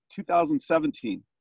2017